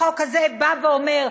החוק הזה בא ואומר: